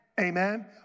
Amen